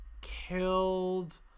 killed